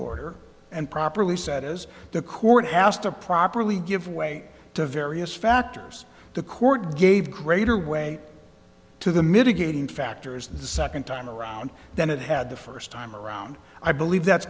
order and properly set is the court has to properly give way to various factors the court gave greater way to the mitigating factors the second time around than it had the first time around i believe that's